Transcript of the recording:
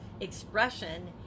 expression